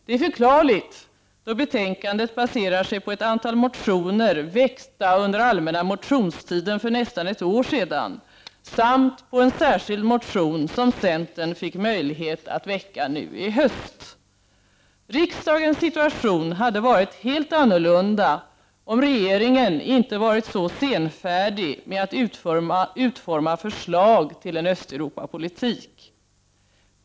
Det är förklarligt då betänkandet baserar sig på ett antal motioner väckta under allmänna motionstiden för nästan ett år sedan samt på en särskild motion som centern fick möjlighet att väcka nu i höst. Riksdagens situation hade varit helt annorlunda om regeringen inte varit så senfärdig med att utforma förslag till en Östeuropapolitik.